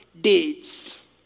deeds